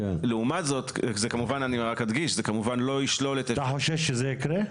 אתה חושש שזה יקרה?